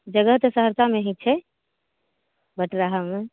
जगह तऽ सहरसामे ही छै बटुआहामे